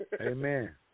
Amen